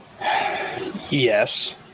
Yes